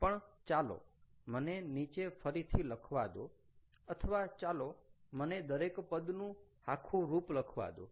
પણ ચાલો મને નીચે ફરીથી લખવા દો અથવા ચાલો મને દરેક પદનું આખું રૂપ લખવા દો